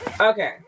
Okay